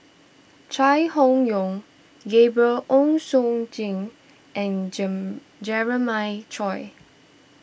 Chai Hon Yoong Gabriel Oon Chong Jin and Jam Jeremiah Choy